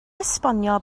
esbonio